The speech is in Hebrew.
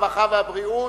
הרווחה והבריאות.